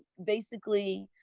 basically,